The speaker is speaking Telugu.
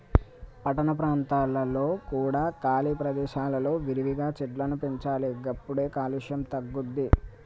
పట్టణ ప్రాంతాలలో కూడా ఖాళీ ప్రదేశాలలో విరివిగా చెట్లను పెంచాలి గప్పుడే కాలుష్యం తగ్గుద్ది